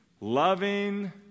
loving